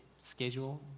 schedule